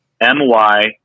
M-Y